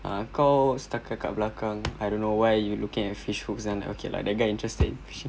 uh kau setakat kat belakang I don't know why you looking at fish hooks and okay lah that guy interested